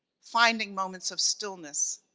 finding moments of stillness,